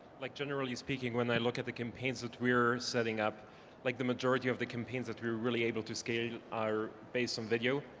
like generally speaking, when they look at the campaign's that we're setting up like the majority of the campaign's that we were really able to scale are based on video.